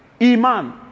Iman